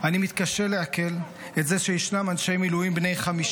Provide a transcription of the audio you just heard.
אני מתקשה לעכל את זה שישנם אנשי מילואים בני 50